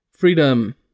freedom